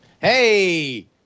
Hey